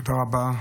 תודה רבה.